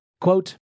Quote